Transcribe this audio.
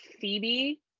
Phoebe